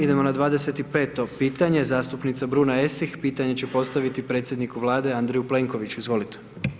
Idemo na 25. pitanje, zastupnica Bruna Esih pitanje će postaviti predsjedniku Vlade Andreju Plenkoviću, izvolite.